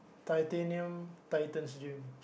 Titanium Titans gym